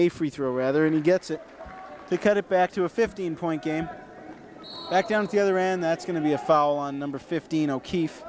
a free throw rather and he gets to cut it back to a fifteen point game back down together and that's going to be a foul on number fifteen o'keef